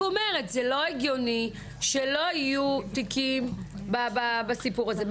לא הגיוני שלא יהיו תיקים בסיפור הזה.